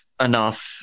enough